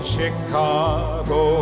Chicago